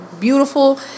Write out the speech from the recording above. beautiful